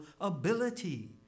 ability